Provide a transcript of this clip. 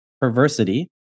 perversity